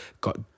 got